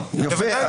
יפה.